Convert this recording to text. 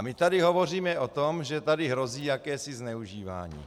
My tady hovoříme o tom, že tady hrozí jakési zneužívání.